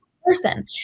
person